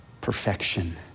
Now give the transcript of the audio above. perfection